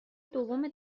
دوم